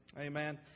Amen